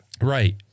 Right